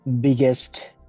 biggest